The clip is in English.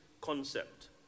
concept